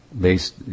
based